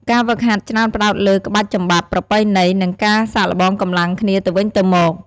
ការហ្វឹកហាត់ច្រើនផ្ដោតលើក្បាច់ចំបាប់ប្រពៃណី និងការសាកល្បងកម្លាំងគ្នាទៅវិញទៅមក។